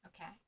Okay